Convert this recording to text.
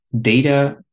Data